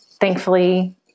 thankfully